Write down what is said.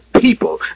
people